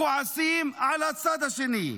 כועסים על הצד השני.